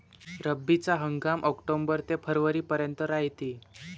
रब्बीचा हंगाम आक्टोबर ते फरवरीपर्यंत रायते